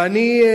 ואני,